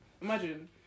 imagine